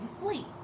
flee